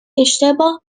اشتباه